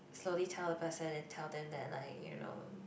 slowly tell the person and tell them that like you know